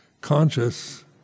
conscious